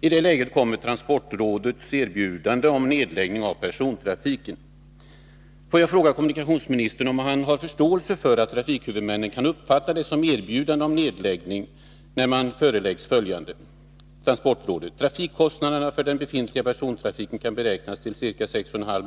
I det läget kommer transportrådets erbjudande om nedläggning av persontrafiken. Får jag fråga kommunikationsministern om han har förståelse för att trafikhuvudmännen kan uppfatta det som erbjudande om nedläggning, när de föreläggs följande besked från transportrådet: Trafikkostnaderna för den befintliga persontrafiken kan beräknas till ca 6,5